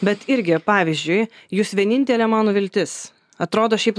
bet irgi pavyzdžiui jūs vienintelė mano viltis atrodo šiaip